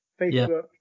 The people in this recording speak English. Facebook